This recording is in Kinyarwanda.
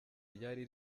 ryari